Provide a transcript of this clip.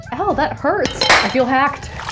oh that hurts. i feel hacked